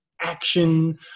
action